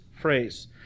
phrase